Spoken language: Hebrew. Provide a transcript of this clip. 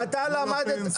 למה ל-24 שעות?